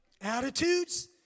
Attitudes